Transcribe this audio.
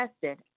tested